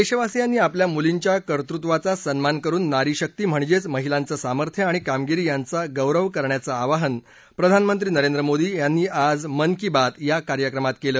देशवासियांनी आपल्या मुलींच्या कर्तृत्वाचा सन्मान करून नारीशक्ती म्हणजेच महिलांचं सामर्थ्य आणि कामगिरी यांचा गौरव करण्याचं आवाहन प्रधानमंत्री नरेंद्र मोदी यांनी आज मन की बात या कार्यक्रमात केलं